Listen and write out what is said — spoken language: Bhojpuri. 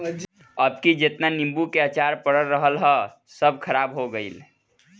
अबकी जेतना नीबू के अचार पड़ल रहल हअ सब खराब हो गइल